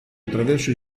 attraverso